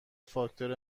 فاکتور